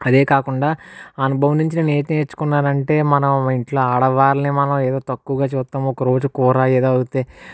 అదే కాకుండా అనుభవం నుంచి నేను ఏం నేర్చుకున్నాను అంటే మనం ఇంట్లో ఆడవాళ్ళని మనం ఎదో తక్కువగా చూస్తాము ఒక్కరోజు కూర ఎదో అవుతే